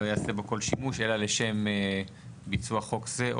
לא יעשה בו כל שימוש אלא לשם ביצוע חוק זה,